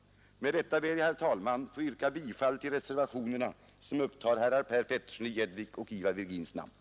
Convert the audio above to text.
Med det anförda ber jag, herr talman, att få yrka bifall till de reservationer som upptar herrar Peterssons i Gäddvik och Ivar Virgins namn.